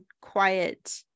quiet